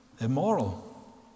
immoral